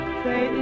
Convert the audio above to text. say